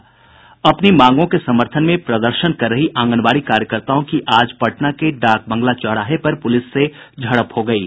अपनी मांगों के समर्थन में प्रदर्शन कर रही आंगनबाड़ी कार्यकर्ताओं की आज पटना के डाकबंगला चौराहे पर पुलिस से झड़प हो गयी